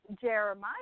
Jeremiah